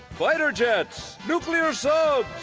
fighter jets, nuclear so